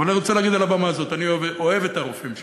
אבל אני רוצה להגיד מעל הבמה הזאת: אני אוהב את הרופאים שלי,